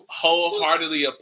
Wholeheartedly